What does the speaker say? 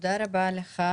תודה רבה לך,